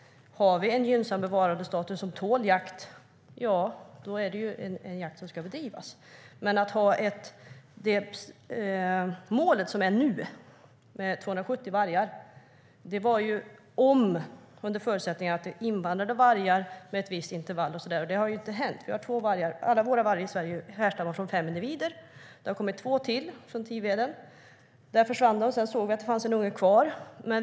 Har vi en gynnsam bevarandestatus som tål jakt är det ju en jakt som ska bedrivas. Det mål om 270 vargar som gäller nu sattes dock under förutsättning att det invandrar vargar med ett visst intervall, och det har ju inte hänt. Alla våra vargar i Sverige härstammar från fem individer. Det har kommit två till från Tiveden. Där försvann de. Sedan såg vi att det fanns en unge kvar.